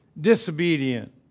disobedient